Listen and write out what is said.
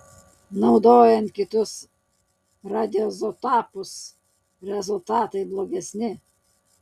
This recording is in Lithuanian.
naudojant kitus radioizotopus rezultatai blogesni